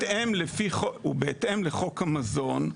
הוא בהתאם לחוק המזון.